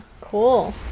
cool